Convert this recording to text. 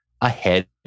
ahead